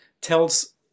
tells